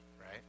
right